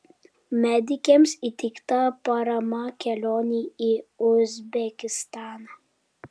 medikėms įteikta parama kelionei į uzbekistaną